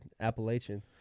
Appalachian